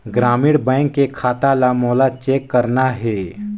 ग्रामीण बैंक के खाता ला मोला चेक करना हे?